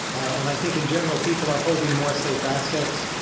and i think, in general, people are holding more safe assets.